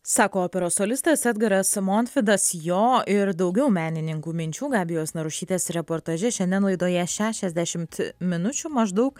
sako operos solistas edgaras montvidas jo ir daugiau menininkų minčių gabijos narušytės reportaže šiandien laidoje šešiasdešimt minučių maždaug